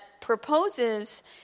proposes